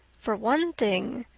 for one thing,